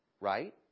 right